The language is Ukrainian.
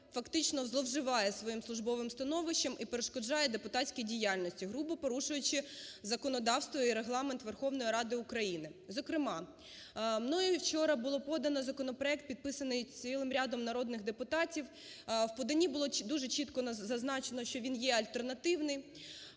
фактично зловживає своїм службовим становищем і перешкоджає депутатській діяльності, грубо порушуючи законодавство і Регламент Верховної Ради України. Зокрема, мною вчора було подано законопроект, підписаний цілим рядом народних депутатів. В поданні було дуже чітко зазначено, що він є альтернативний,